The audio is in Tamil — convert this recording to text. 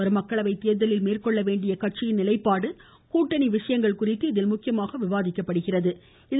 வரும் மக்களவை தேர்தலில் மேற்கொள்ள வேண்டிய கட்சியின் நிலைப்பாடு கூட்டணி விஷயங்கள் குறித்து இதில் முக்கியமாக விவாதிக்கப்படும் என தெரிகிறது